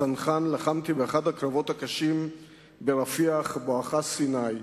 צנחן, לחמתי באחד הקרבות הקשים ברפיח, בואכה סיני,